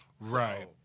Right